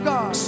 God